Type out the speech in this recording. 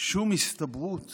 שום הסתברות